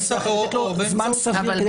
לתת לו זמן סביר כדי לנסח.